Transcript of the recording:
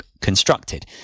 constructed